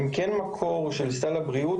וצריך להבין שהן כן מקור של סל הבריאות.